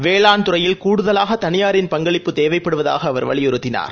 வேளாண் துறையில் கூடுதலாகதனியாரின் பங்களிப்புத் தேவைப்படுவதாகஅவர் வலியுறுத்தினார்